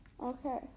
Okay